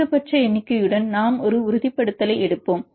அதிகபட்ச எண்ணிக்கையுடன் நாம் ஒரு உறுதிப்படுத்தலை எடுப்போம்